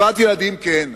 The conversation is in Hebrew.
קצבת ילדים כן,